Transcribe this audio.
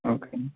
okay అండి